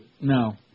No